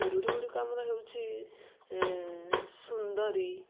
ରୂଢ଼ି ଗୁଡ଼ିକ ଆମର ହେଉଛି ସୁନ୍ଦରୀ